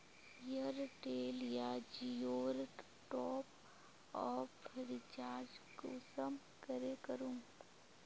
Airtel या जियोर top up recharge कुंसम करे करूम?